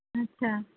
আচ্ছা